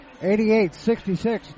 88-66